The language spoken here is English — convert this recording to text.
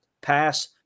pass